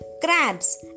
crabs